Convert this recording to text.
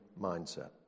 mindset